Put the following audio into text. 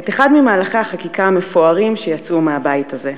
את אחד ממהלכי החקיקה המפוארים שיצאו מהבית הזה,